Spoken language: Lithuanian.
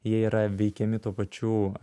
jie yra veikiami tų pačių